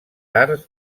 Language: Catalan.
arts